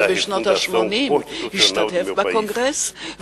שבשנות ה-80 השתתף בקונגרס,